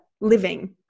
living